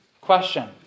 question